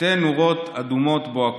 שתי נורות אדומות בוהקות.